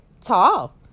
tall